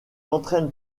entraîne